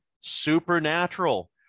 Supernatural